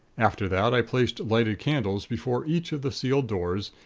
after that, i placed lighted candles before each of the sealed doors,